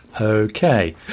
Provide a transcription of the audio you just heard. okay